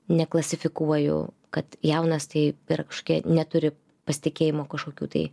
neklasifikuoju kad jaunas tai yra kažkokie neturi pasitikėjimo kažkokių tai